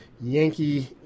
Yankee